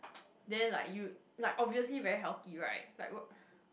then like you like obviously very healthy right like wh~